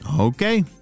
okay